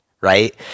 right